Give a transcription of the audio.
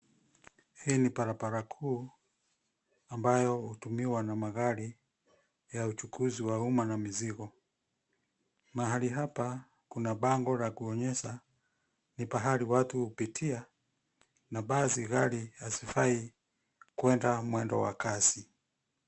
Hii ni barabara kuu ambayo hutumiwa na magari ya uchukuzi wa umma na mizigo. Mahali hapa kuna bango la kuonyesha ni pahali watu hupitia na baadhi gari hazifai kwenda mwendo wa kasi.